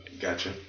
gotcha